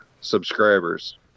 subscribers